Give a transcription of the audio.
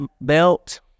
belt